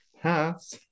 Pass